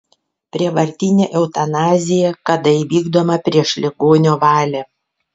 prievartinė eutanazija kada įvykdoma prieš ligonio valią